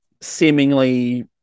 seemingly